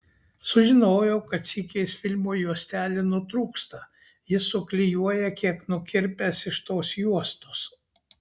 sužinojau kad sykiais filmo juostelė nutrūksta jis suklijuoja kiek nukirpęs iš tos juostos